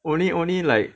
only only like